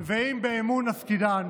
עובדים בתיאום, ואת משתגעת מזה.